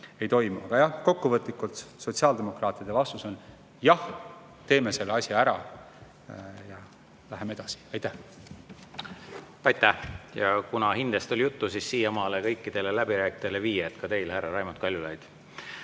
ei toimu. Aga jah, kokkuvõtlikult, sotsiaaldemokraatide vastus on: jah, teeme selle asja ära ja läheme edasi. Aitäh! Aitäh! Kuna hinnetest oli juttu, siis siiamaale [panen] kõikidele läbirääkijatele viied, ka teile, härra Raimond Kaljulaid.